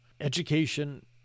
Education